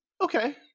okay